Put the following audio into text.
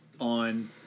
on